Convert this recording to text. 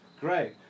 great